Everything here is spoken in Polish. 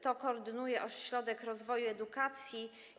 To koordynuje Ośrodek Rozwoju Edukacji.